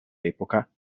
epoca